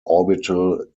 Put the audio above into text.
orbital